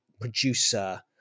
producer